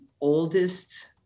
oldest